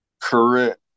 Correct